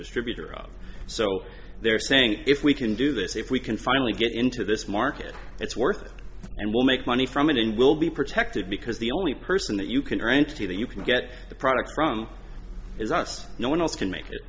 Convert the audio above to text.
distributor of so they're saying if we can do this if we can finally get into this market it's worth and we'll make money from it and we'll be protected because the only person that you can or entity that you can get the product from is us no one else can make it